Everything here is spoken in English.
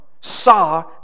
saw